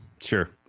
sure